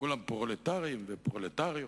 כולם פרולטרים ופרולטריות.